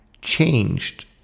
changed